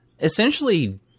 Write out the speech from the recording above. essentially